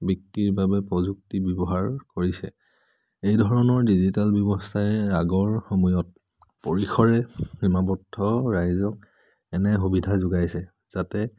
বিক্ৰীৰ বাবে প্ৰযুক্তি ব্যৱহাৰ কৰিছে এই ধৰণৰ ডিজিটেল ব্যৱস্থাই আগৰ সময়ত পৰিসৰে সীমাবদ্ধ ৰাইজক এনে সুবিধা যোগাইছে যাতে